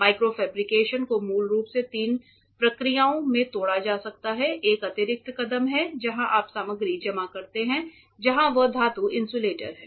micro fabrication को मूल रूप से तीन प्रक्रियाओं में तोड़ा जा सकता है एक अतिरिक्त कदम है जहां आप सामग्री जमा करते हैं चाहे वह धातु इंसुलेटर हो